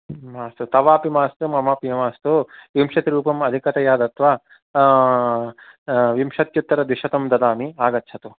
मास्तु तवापि मास्तु ममापि मास्तु विंशतिरूपम् अधिकतया दत्वा विंशत्युत्तरद्विशतं ददामि आगच्छतु